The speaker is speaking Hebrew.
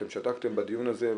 אתן שתקתן בדיון הזה,